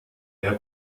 der